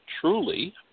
truly